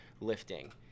lifting